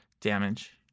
damage